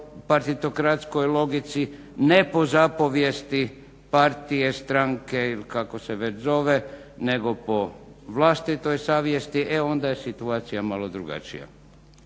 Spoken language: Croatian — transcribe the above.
ne partitokratskoj logici, ne po zapovijesti partije, stranke ili kako se već zove nego po vlastitoj savjesti. E onda je situacija malo drugačija.